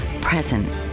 present